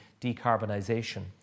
decarbonisation